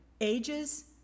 ages